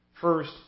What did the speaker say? First